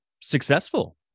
successful